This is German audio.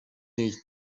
nicht